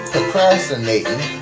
Procrastinating